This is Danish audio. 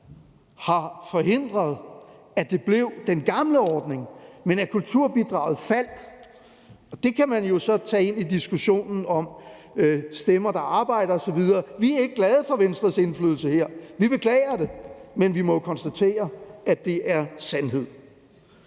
har forhindret, at det blev den gamle ordning, men at kulturbidraget faldt. Det kan man jo så tage ind i diskussionen om stemmer, der arbejder osv. Vi er ikke glade for Venstres indflydelse her. Vi beklager det. Men vi må jo konstatere, at det er sandhed.